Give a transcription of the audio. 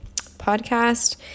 podcast